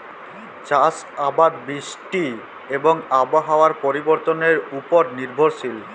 চাষ আবাদ বৃষ্টি এবং আবহাওয়ার পরিবর্তনের উপর নির্ভরশীল